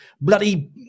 bloody